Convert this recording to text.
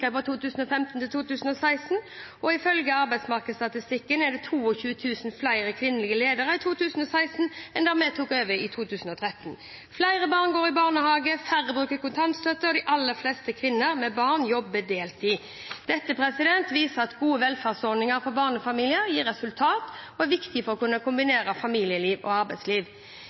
fra 2015 til 2016, og ifølge arbeidsmarkedsstatistikken er det 22 000 flere kvinnelige ledere i 2016 enn da vi tok over i 2013. Flere barn går i barnehage, færre bruker kontantstøtte, og de aller fleste kvinner med barn jobber heltid. Dette viser at gode velferdsordninger for barnefamilier gir resultater og er viktige for å kunne kombinere familieliv og arbeidsliv.